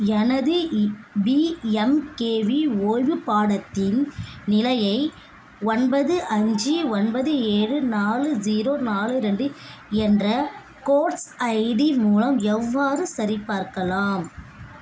எனது e PMKV ஓய்வு பாடத்திட்டத்தின் நிலையை ஒன்பது அஞ்சு ஒன்பது ஏழு நாலு ஜீரோ நாலு ரெண்டு என்ற கோர்ஸ் ஐடி மூலம் எவ்வாறு சரிபார்க்கலாம்